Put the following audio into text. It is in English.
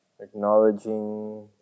acknowledging